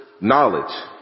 Knowledge